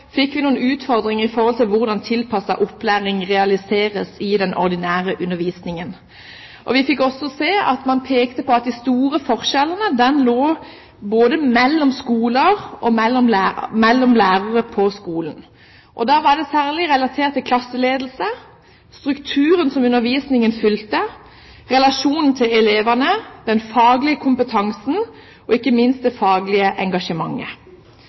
fikk vi noen utfordringer i forhold til hvordan tilpasset opplæring realiseres i den ordinære undervisningen. Man pekte der på at de store forskjellene lå både mellom skoler og mellom lærere på skolen. Da var det særlig relatert til klasseledelse, strukturen som undervisningen fulgte, relasjonen til elevene, den faglige kompetansen og ikke minst det faglige engasjementet.